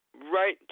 right